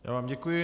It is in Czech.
Já vám děkuji.